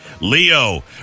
Leo